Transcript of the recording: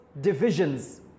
divisions